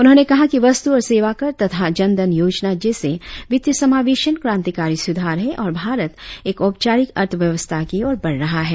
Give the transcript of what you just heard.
उन्होंने कहा कि वस्तु और सेवाकर तथा जन धन योजना जैसे वित्तीय समावेशन क्रांतिकारी सुधार है और भारत एक औपचारिक अर्थव्यवस्था की ओर बढ़ रहा है